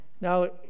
Now